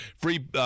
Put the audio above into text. Free